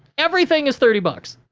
everything is thirty bucks.